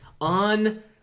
on